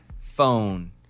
Phone